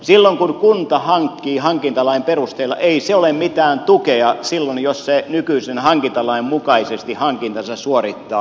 silloin kun kunta hankkii hankintalain perusteella ei se ole mitään tukea jos se nykyisen hankintalain mukaisesti hankintansa suorittaa